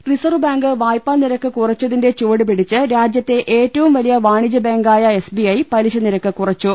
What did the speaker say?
Reserve Bank വായ്പാ നിരക്ക് കുറച്ചതിന്റെ ചുവട്പിടിച്ച് രാജ്യത്തെ ഏറ്റവും വലിയ വാണിജ്യബാങ്കായ എസ്ബിഐ പലി ശനിരക്ക് കുറ്ച്ചു